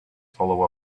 follow